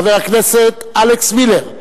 חבר הכנסת אלכס מילר,